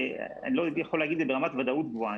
אני לא הייתי יכול להגיד את זה ברמת ודאות גבוהה.